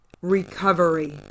recovery